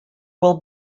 will